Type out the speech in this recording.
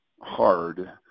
hard—